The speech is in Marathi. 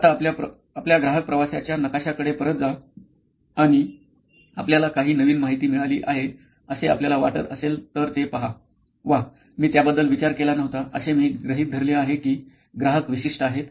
आता आपल्या ग्राहक प्रवासाच्या नकाशाकडे परत जा आणि आपल्याला काही नवीन माहिती मिळाली आहे असे आपल्याला वाटत असेल तर ते पहा व्वा मी त्याबद्दल विचार केला नव्हता असे मी गृहित धरले आहे की ग्राहक विशिष्ट आहेत